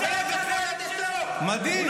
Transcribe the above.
מדהים.